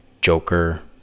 joker